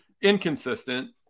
inconsistent